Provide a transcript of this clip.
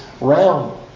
realm